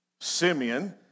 Simeon